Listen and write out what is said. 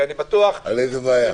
איזה בעיה?